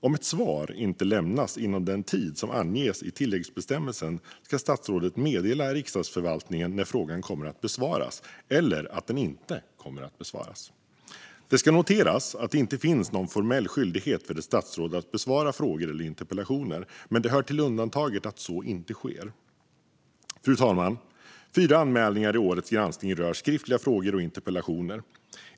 Om ett svar inte lämnas inom den tid som anges i tilläggsbestämmelsen ska statsrådet meddela Riksdagsförvaltningen när frågan kommer att besvaras eller att den inte kommer att besvaras. Det ska noteras att det inte finns någon formell skyldighet för ett statsråd att besvara frågor eller interpellationer, men det hör till undantagen att så inte sker. Fru talman! Fyra anmälningar i årets granskning rör skriftliga frågor och interpellationer.